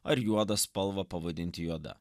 ar juodą spalvą pavadinti juoda